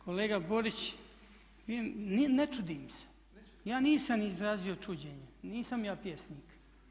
Kolega Borić, ne čudim se, ja nisam izrazio čuđenje, nisam ja pjesnik.